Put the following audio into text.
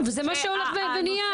זה מה שהולך ונהיה,